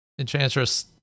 Enchantress